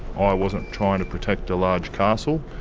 i wasn't trying to protect a large castle.